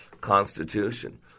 Constitution